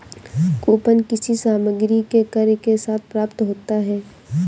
coupon किसी सामग्री के क्रय के साथ प्राप्त होता है